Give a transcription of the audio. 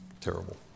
terrible